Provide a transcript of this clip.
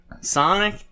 Sonic